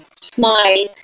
smile